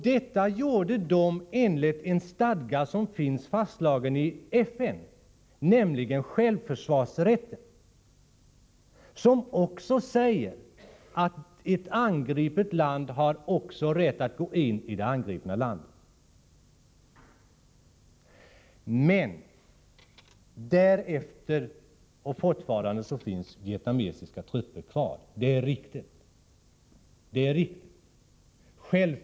Detta gjorde de i enlighet med en stadga som fastslagits av FN — nämligen självförsvarsrätten, enligt vilken ett angripet land också har rätt att gå in i angriparlandet. Fortfarande finns vietnamesiska trupper kvar i Kampuchea —- det är riktigt.